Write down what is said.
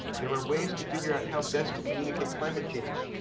there are ways to figure out how best to communicate climate change.